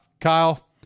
Kyle